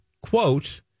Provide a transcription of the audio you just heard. quote